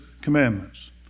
commandments